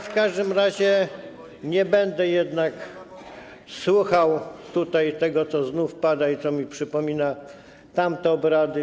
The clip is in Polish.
W każdym razie nie będę jednak słuchał tego, co tutaj znów pada i co mi przypomina tamte obrady.